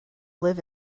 live